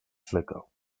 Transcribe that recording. sligo